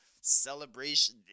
celebration